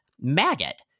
Maggot